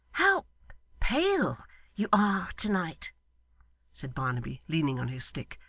how pale you are to-night said barnaby, leaning on his stick.